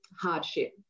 hardship